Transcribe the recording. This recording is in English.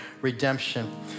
redemption